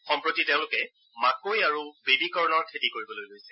সম্প্ৰতি তেওঁলোকে মাকৈ আৰু বেবীকৰ্ণৰ খেতি কৰিবলৈ লৈছে